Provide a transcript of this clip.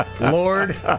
Lord